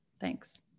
Thanks